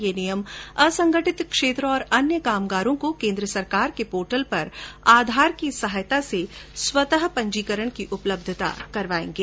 ये नियम असंगठित क्षेत्र और अन्य कामगारों को केन्द्र सरकार के पोर्टल पर आधार की सहायता से स्वतः पंजीकरण की उपलब्धता करायेंगे